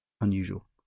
unusual